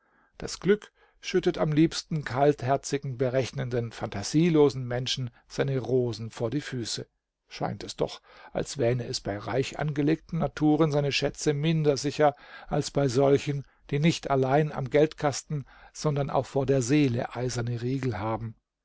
das glück schüttet am liebsten kaltherzigen berechnenden phantasielosen menschen seine rosen vor die füße scheint es doch als wähne es bei reich angelegten naturen seine schätze minder sicher als bei solchen die nicht allein am geldkasten sondern auch vor der seele eiserne riegel haben